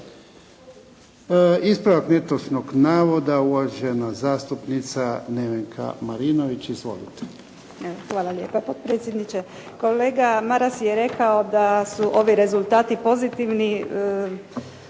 Ispravak netočnog navoda uvažena zastupnica Nevenka Marinović. **Marinović, Nevenka (HDZ)** Hvala lijepa potpredsjedniče. Kolega Maras je rekao da su ovi rezultati pozitivni,